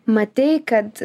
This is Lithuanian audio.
matei kad